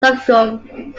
sorghum